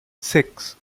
six